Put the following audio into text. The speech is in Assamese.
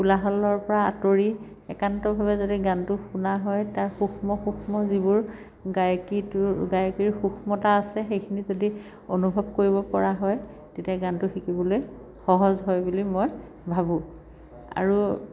কোলাহলৰ পৰা আঁতৰি একান্তভাৱে যদি গানটো শুনা হয় তাৰ সূক্ষ্ম সূক্ষ্ম যিবোৰ গায়িকীটোৰ গায়িকীৰ সূক্ষ্মতা আছে সেইখিনি যদি অনুভৱ কৰিব পৰা হয় তেতিয়া গানটো শিকিবলৈ সহজ হয় বুলি মই ভাবোঁ আৰু